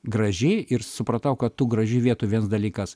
graži ir supratau kad tų gražių vietų viens dalykas